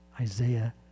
Isaiah